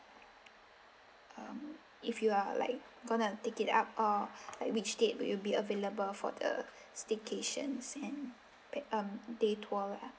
um if you are like gonna take it up or like which date will you be available for the staycations and per um day tour ya